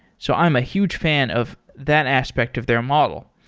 so i'm a huge fan of that aspect of their model.